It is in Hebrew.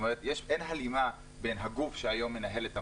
אין הלימה בין הגוף שמנהל את המים,